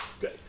Good